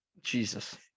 Jesus